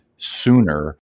sooner